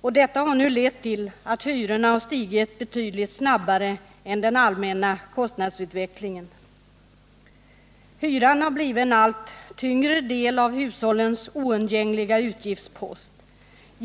och detta har lett till att hyrorna har stigit betydligt snabbare än den allmänna kostnadsutvecklingen. Hyran har blivit en allt tyngre del av hushållens oundgängliga utgiftspost.